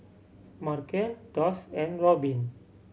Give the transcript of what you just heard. Markel Doss and Robbin